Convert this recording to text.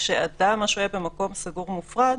כשאדם שוהה במקום סגור ומופרד,